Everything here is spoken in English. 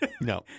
No